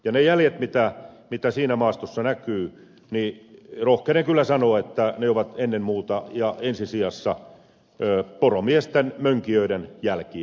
niistä jäljistä mitä siinä maastossa näkyy rohkenen kyllä sanoa että ne ovat ennen muuta ja ensisijassa poromiesten mönkijöiden jälkiä